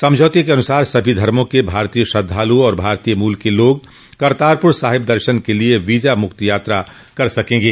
समझौते के अनुसार सभी धर्मों के भारतीय श्रद्धालू और भारतीय मूल के लोग करतारपुर साहिब दर्शन के लिए वीजा मुक्त यात्रा कर सकेंगे